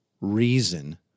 reason